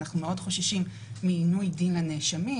אנחנו מאוד חוששים מעינוי דין הנאשמים,